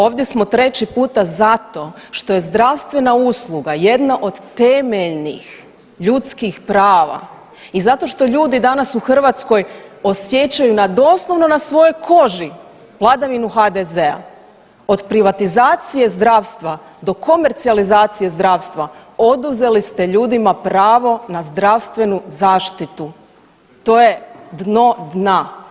Ovdje smo treći puta zato što je zdravstvena usluga jedno od temeljnih ljudskih prava i zato što ljudi danas u Hrvatskoj osjećaju na doslovno na svojoj koži vladavinu HDZ-a, od privatizacije zdravstva do komercijalizacije zdravstva oduzeli ste ljudima pravo na zdravstvenu zaštitu, to je dno dna.